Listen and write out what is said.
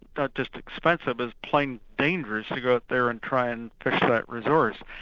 not just expensive as plain dangerous to go out there and try and fish that resource.